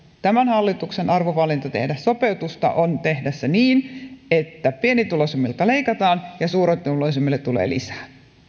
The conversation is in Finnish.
tämän hallituksen arvovalinta tehdä sopeutusta on tehdä se niin että pienituloisimmilta leikataan ja suurituloisimmille tulee lisää